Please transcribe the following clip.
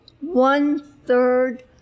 one-third